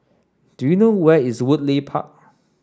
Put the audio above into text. do you know where is Woodleigh Park